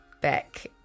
back